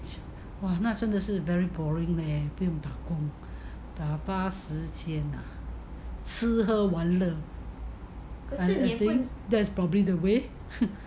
!wah! 那真的是 very boring leh 不用打工打发时间 ah 吃喝玩乐 I think that's probably the way